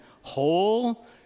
whole